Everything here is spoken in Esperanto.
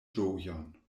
ĝojon